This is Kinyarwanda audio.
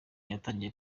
yatangiye